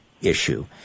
issue